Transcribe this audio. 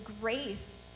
grace